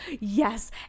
Yes